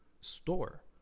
store